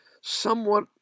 somewhat